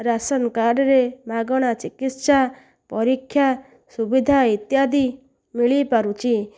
ration କାର୍ଡ଼ରେ ମାଗଣା ଚିକିତ୍ସା ପରୀକ୍ଷା ସୁବିଧା ଇତ୍ୟାଦି ମିଳିପାରୁଛି